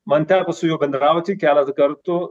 man teko su juo bendrauti keletą kartų